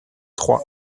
trois